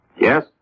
Yes